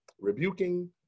rebuking